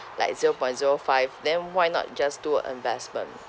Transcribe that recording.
like zero point zero five then why not just do investment